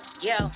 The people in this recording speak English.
Yo